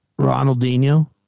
Ronaldinho